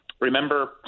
remember